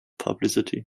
publicity